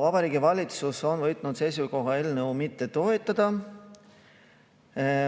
Vabariigi Valitsus on võtnud seisukoha eelnõu mitte toetada.